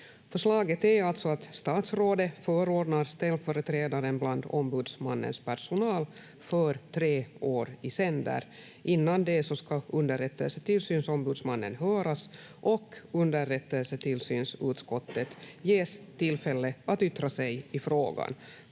Förslaget är alltså att statsrådet förordnar ställföreträdaren bland ombudsmannens personal för tre år i sänder. Innan det ska underrättelsetillsynsombudsmannen höras och underrättelsetillsynsutskottet ges tillfälle att yttra sig i frågan.